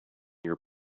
your